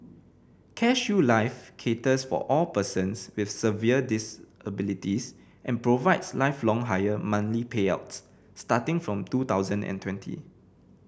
CareShield Life caters for all persons with severe disabilities and provides lifelong higher monthly payouts starting from two thousand and twenty